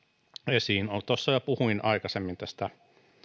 esiin tuossa jo puhuin aikaisemmin tästä